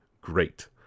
great